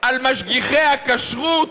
על משגיחי הכשרות?